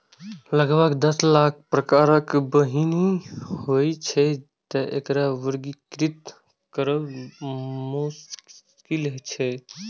लगभग दस लाख प्रकारक बीहनि होइ छै, तें एकरा वर्गीकृत करब मोश्किल छै